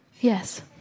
Yes